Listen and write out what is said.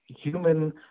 human